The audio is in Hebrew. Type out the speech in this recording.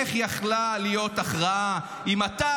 איך יכלה להיות הכרעה אם אתה,